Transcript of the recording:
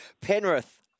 Penrith